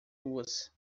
ruas